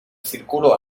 círculo